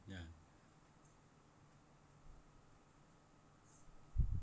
ya